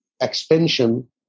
expansion